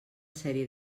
sèrie